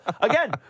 again